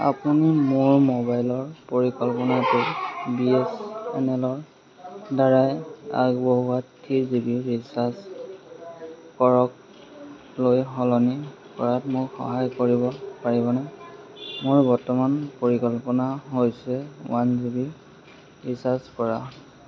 আপুনি মোৰ মোবাইল পৰিকল্পনাটো বি এছ এন এলৰদ্বাৰাই আগবঢ়োৱা থ্ৰী জি বি ৰিচাৰ্জ কৰকলৈ সলনি কৰাত মোক সহায় কৰিব পাৰিবনে মোৰ বৰ্তমান পৰিকল্পনা হৈছে ওৱান জি বি ৰিচাৰ্জ কৰা